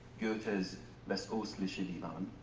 goethe's west-ostlicher divan,